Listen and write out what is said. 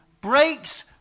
breaks